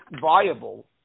viable